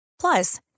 Plus